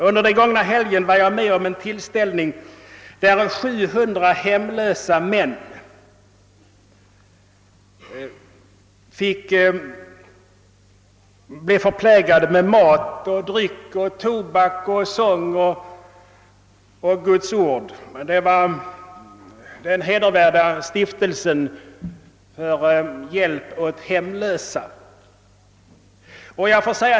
Häromdagen var jag med på en tillställning, där 700 hemlösa män blev förplägade med mat och dryck, tobak, sång och Guds ord. Det hela hade anordnats av den hedervärda Stiftelsen »Hjälp åt hemlösa».